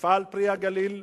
מפעל "פרי הגליל".